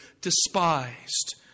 despised